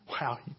Wow